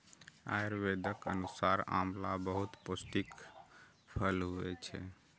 आयुर्वेदक अनुसार आंवला बहुत पौष्टिक फल होइ छै